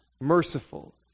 merciful